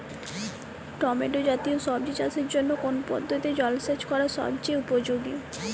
Tomato জাতীয় সবজি চাষের জন্য কোন পদ্ধতিতে জলসেচ করা সবচেয়ে উপযোগী?